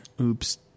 oops